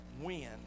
win